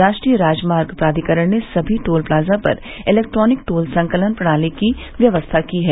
राष्ट्रीय राजमार्ग प्राधिकरण ने सभी टोल प्लाजा पर इलैक्ट्रॉनिक टोल संकलन प्रणाली की व्यवस्था की है